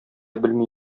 белми